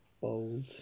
Bold